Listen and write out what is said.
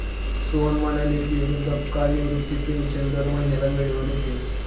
सोहन म्हणाले की, वृद्धापकाळ निवृत्ती पेन्शन दर महिन्याला वेळेवर येते